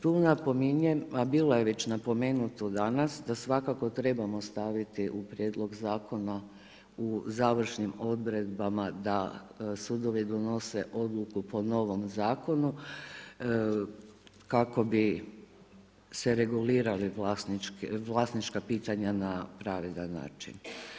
Tu napominjem, a bilo je već napomenuto danas, da svakako trebamo staviti u Prijedlog zakona u završnim odredbama da sudovi donose odluku po novom zakonu kako bi se regulirala vlasnička pitanja na pravedan način.